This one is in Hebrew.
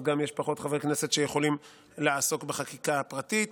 אז גם יש פחות חברי כנסת שיכולים לעסוק בחקיקה הפרטית.